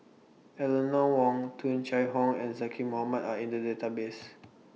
Eleanor Wong Tung Chye Hong and Zaqy Mohamad Are in The Database